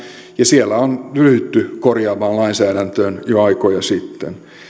ja siellä on ryhdytty korjaamaan lainsäädäntöä jo aikoja sitten